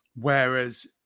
Whereas